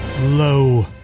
Low